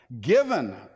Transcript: given